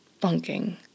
Bunking